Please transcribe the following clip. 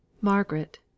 Margaret